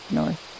north